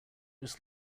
just